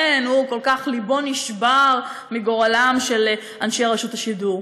לבו נשבר מגורלם של אנשי רשות השידור.